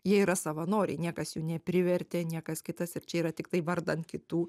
jie yra savanoriai niekas jų neprivertė niekas kitas ir čia yra tiktai vardan kitų